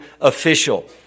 official